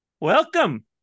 Welcome